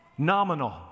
Nominal